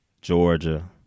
Georgia